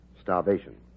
Starvation